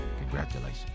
congratulations